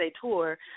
tour